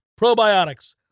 probiotics